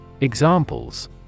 Examples